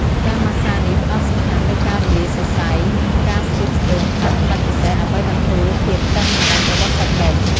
ការម៉ាស្សានេះផ្ដោតសំខាន់លើការរំលាយសរសៃ និងការស្ទាបស្ទង់តាមក្បាច់ពិសេស ដើម្បីបន្ធូរភាពតឹងណែនរបស់សាច់ដុំ។